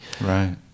Right